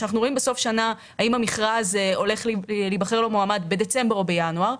אנחנו רואים בסוף שנה האם למכרז הולך להיבחר מועמד בדצמבר או בינואר,